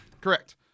Correct